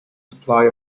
supply